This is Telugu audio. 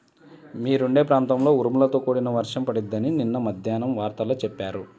మీరుండే ప్రాంతంలో ఉరుములతో కూడిన వర్షం పడిద్దని నిన్న మద్దేన్నం వార్తల్లో చెప్పారు